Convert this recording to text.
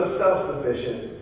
self-sufficient